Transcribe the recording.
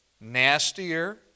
nastier